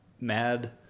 mad